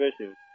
issues